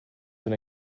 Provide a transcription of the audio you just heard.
been